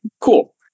Cool